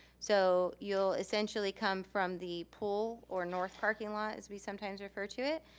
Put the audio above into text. so you'll essentially come from the pool or north parking lot as we sometimes refer to it,